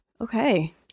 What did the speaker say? Okay